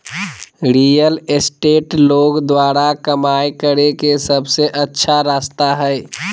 real estate लोग द्वारा कमाय करे के सबसे अच्छा रास्ता हइ